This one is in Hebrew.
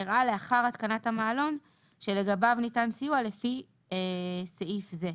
שאירעה לאחר התקנת המעלון שלגביו ניתן סיוע לפי סעיף זה.